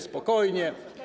Spokojnie.